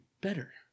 better